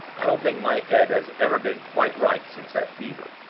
i don't think my head has ever been quite right since that fever